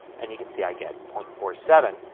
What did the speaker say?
and you can see i get point four seven.